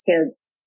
kids